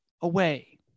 away